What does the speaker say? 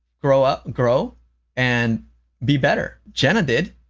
grow up grow and be better. jenna did,